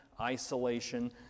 isolation